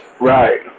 Right